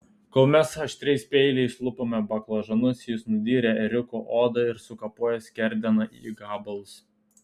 kol mes aštriais peiliais lupome baklažanus jis nudyrė ėriuko odą ir sukapojo skerdeną į gabalus